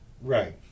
right